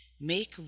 Make